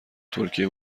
ترکیه